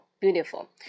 beautiful